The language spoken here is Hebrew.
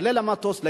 שיעלה למטוס,